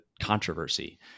controversy